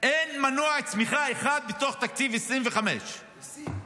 אין מנוע צמיחה אחד בתוך תקציב 2025. מיסים.